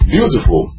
Beautiful